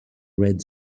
red